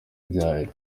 ibyari